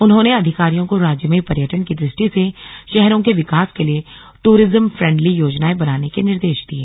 उन्होंने अधिकारियों को राज्य में पर्यटन की दृष्टि से शहरों के विकास के लिए टूरिज्म फ्रेंडली योजनाएं बनाने के निर्देश दिये